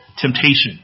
temptation